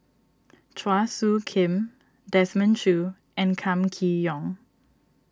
Chua Soo Khim Desmond Choo and Kam Kee Yong